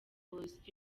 was